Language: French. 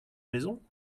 maison